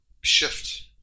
shift